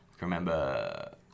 remember